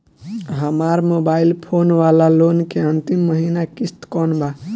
हमार mobile phone वाला loan के अंतिम महिना किश्त कौन बा?